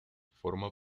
forma